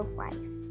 wife